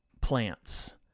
plants